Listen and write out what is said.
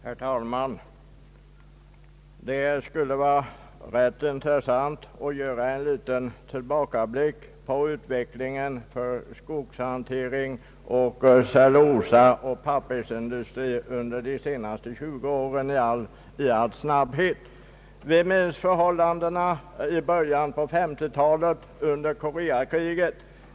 Herr talman! Det skulle vara rätt intressant att i all korthet göra en liten tillbakablick på utvecklingen för skogshanteringen och cellulosaoch pappersindustrin under de senaste 20 åren. Vi minns förhållandena i början av 1950-talet under Koreakriget.